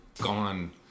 gone